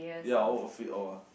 ya all will fit all ah